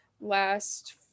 last